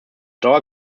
dauer